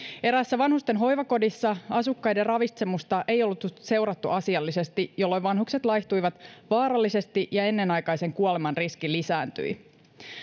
eräässä vanhusten hoivakodissa asukkaiden ravitsemusta ei ollut seurattu asiallisesti jolloin vanhukset laihtuivat vaarallisesti ja ennenaikaisen kuoleman riski lisääntyi